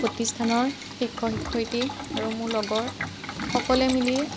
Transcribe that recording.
প্ৰতিষ্ঠানৰ শিক্ষক শিক্ষয়িত্ৰী আৰু মোৰ লগৰ সকলোৱে মিলি